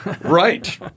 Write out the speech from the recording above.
Right